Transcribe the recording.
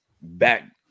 back